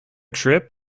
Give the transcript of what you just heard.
trip